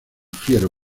fiero